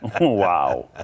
Wow